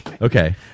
Okay